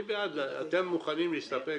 אתם מוכנים להסתפק